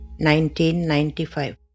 1995